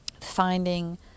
finding